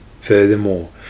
furthermore